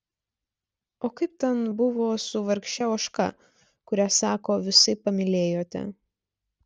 o kaip ten buvo su vargše ožka kurią sako visaip pamylėjote